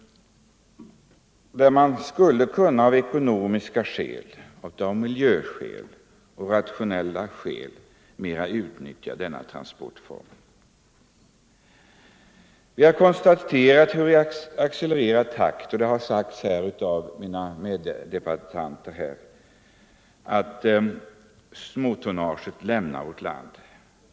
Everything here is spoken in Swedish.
Man skulle mera kunna utnyttja denna transportform av ekonomiska skäl, av miljöskäl och av rationella skäl. Vi har konstaterat — och det har sagts här av mina meddebattörer — att småtonnaget i accelererad takt lämnar vårt land.